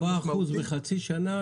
ארבע אחוזים בחצי שנה